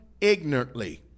ignorantly